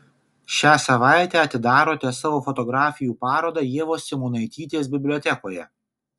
šią savaitę atidarote savo fotografijų parodą ievos simonaitytės bibliotekoje